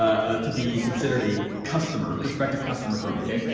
ah to be considered a customer, perspective customer for me okay?